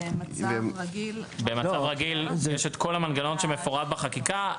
במצב רגיל יש את כל המנגנון שמפורט בחקיקה,